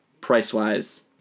price-wise